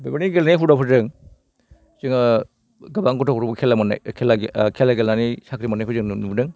बे बायदि गेलेनाय हुदाफोरजों जोङो गोबां गथ'फोरखौ खेला मोन्नाय खेला खेला गेलेनानै साख्रि मोन्नायखौ जों नुनो मोनबोदों